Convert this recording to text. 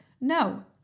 No